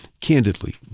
candidly